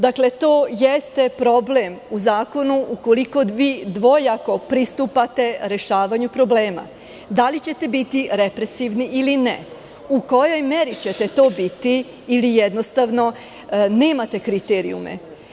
Dakle, to jeste problem u zakonu ukoliko dvojako pristupate rešavanju problema, da li ćete biti represivni ili ne, u kojoj meri ćete to biti ili, jednostavno, nemate kriterijume?